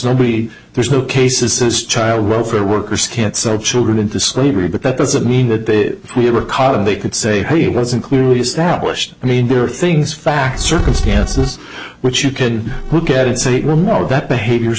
nobody there's no case is this child welfare workers can't sell children into slavery but that doesn't mean that we were caught and they could say he wasn't clearly established i mean there are things facts circumstances which you can look at it's a remark that behavior